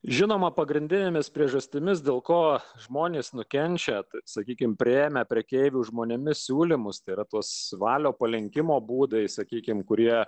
žinoma pagrindinėmis priežastimis dėl ko žmonės nukenčia bet sakykime priėmę prekeivių žmonėmis siūlymus tėra tos valios palenkimo būdai sakykime kurie